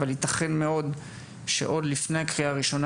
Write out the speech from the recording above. אבל יתכן מאוד שעוד לפני הקריאה הראשונה